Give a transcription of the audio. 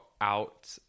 out